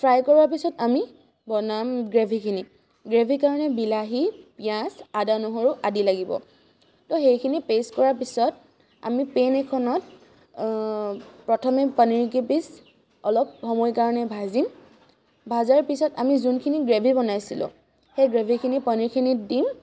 fry কৰাৰ পিছত আমি বনাম গ্ৰেভীখিনি গ্ৰেভী কাৰণে বিলাহী পিঁয়াজ আদা নহৰু আদি লাগিব তো সেইখিনি পে'ষ্ট কৰাৰ পিছত আমি পেন এখনত প্ৰথমে পনীৰকেইপিচ অলপ সময় কাৰণে ভাজিম ভজাৰ পিছত আমি যোনখিনি গ্ৰেভী বনাইছিলোঁ সেই গ্ৰেভীখিনি পনীৰখিনিত দিম